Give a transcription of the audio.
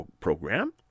program